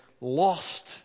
lost